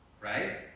right